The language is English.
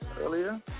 earlier